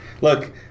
Look